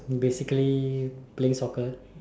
basically playing soccer